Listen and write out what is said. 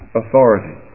authority